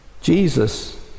Jesus